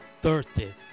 Thirsty